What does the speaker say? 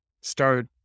start